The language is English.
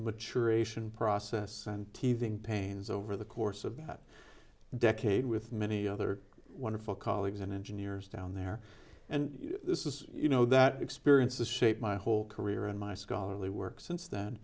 mature ration process and teething pains over the course of that decade with many other wonderful colleagues and engineers down there and this is you know that experiences shape my whole career in my scholarly work since then